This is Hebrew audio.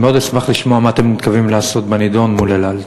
אני מאוד אשמח לשמוע מה אתם מתכוונים לעשות בנדון מול "אל על".